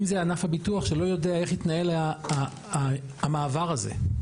אם זה ענף הביטוח שלא יודע איך יתנהל המעבר הזה,